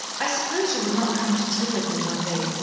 i suppose you would not come to tea with me one day,